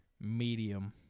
medium